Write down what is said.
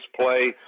play